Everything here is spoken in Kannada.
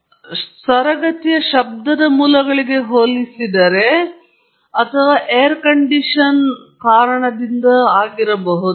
ಇದು ಯಾಂತ್ರಿಕ ವ್ಯವಸ್ಥೆಗಳಲ್ಲಿ ಅಥವಾ ಎಲ್ಲಾ ವ್ಯವಸ್ಥೆಗಳಿಗೆ ತುಂಬಾ ಸಾಮಾನ್ಯವಾಗಿದೆ ಇದು ಒಂದು ವಿಧದ ಆಂದೋಲನ ಲಕ್ಷಣವಾಗಿದೆ ಮತ್ತು ಅದರ ಮೇಲೆ ಅಥವಾ ನಿರ್ದಿಷ್ಟ ವಿಧಾನಗಳು ಅಥವಾ ಆವರ್ತನಗಳಲ್ಲಿ ಮಾತ್ರ ಗುಣಲಕ್ಷಣಗಳನ್ನು ಹೊಂದಿರುತ್ತದೆ